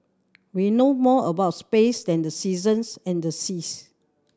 we know more about space than the seasons and the seas